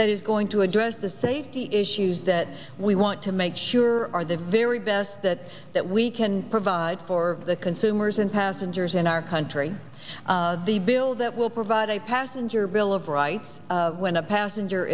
that is going to address the safety issues that we want to make sure our the very best that that we can provide for the consumers and passengers in our country the bill that will provide a passenger bill of rights when a passenger